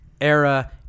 Era